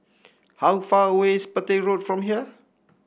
how far away is Petir Road from here